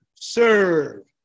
Serve